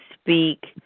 speak